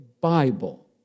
Bible